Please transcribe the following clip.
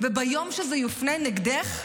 וביום שזה יופנה נגדך,